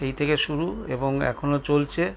সেই থেকে শুরু এবং এখনও চলছে